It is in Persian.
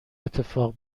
اتفاق